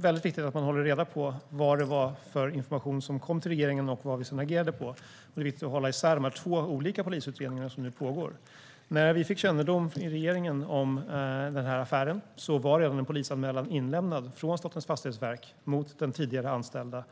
väldigt viktigt att man håller reda på vad det var för information som kom till regeringen och vad vi sedan agerade på. Det är viktigt att hålla isär de två olika polisutredningar som nu pågår. När regeringen fick kännedom om affären var det även en polisanmälan inlämnad från Statens fastighetsverk mot den tidigare anställde.